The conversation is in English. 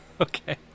Okay